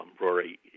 Rory